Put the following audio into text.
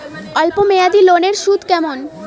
অল্প মেয়াদি লোনের সুদ কেমন?